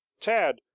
tad